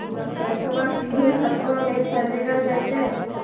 पैसाबा सीधे खतबा मे चलेगा जयते?